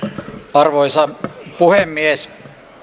arvoisa puhemies